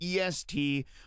est